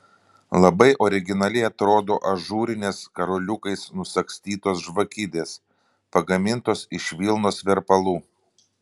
labai originaliai atrodo ažūrinės karoliukais nusagstytos žvakidės pagamintos iš vilnos verpalų